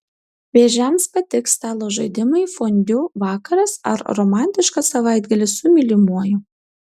vėžiams patiks stalo žaidimai fondiu vakaras ar romantiškas savaitgalis su mylimuoju